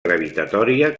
gravitatòria